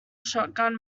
shotgun